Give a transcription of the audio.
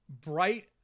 Bright